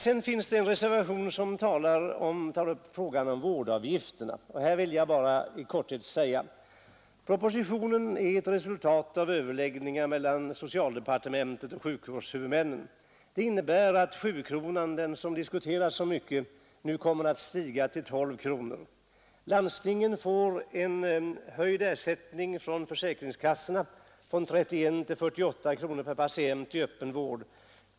Sedan finns det en reservation som tar upp frågan om vårdavgifterna. Jag vill då bara i korthet säga, att propositionen är ett resultat av överläggningar mellan socialdepartementet och sjukvårdshuvudmännen. Det innebär att sjukronan — som diskuterats så mycket — nu kommer att stiga till 12 kronor. Landstingen får en höjd ersättning från försäkringskassorna från 31 till 48 kronor per patient i öppen vård.